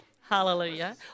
Hallelujah